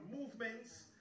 movements